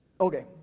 Okay